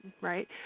right